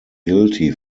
guilty